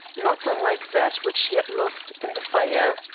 not unlike that which she had lost in the fire.